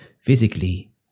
physically